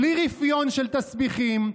בלי רפיון של תסביכים,